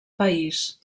país